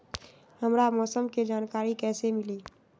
हमरा मौसम के जानकारी कैसी मिली?